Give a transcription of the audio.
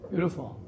Beautiful